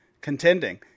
contending